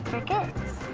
crickets.